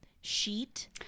sheet